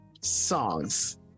songs